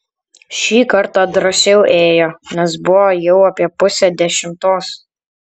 šį kartą drąsiau ėjo nes buvo jau apie pusė dešimtos